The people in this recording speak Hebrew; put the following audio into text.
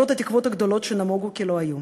למרות התקוות הגדולות, שנמוגו כלא היו.